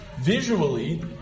Visually